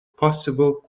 possible